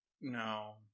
no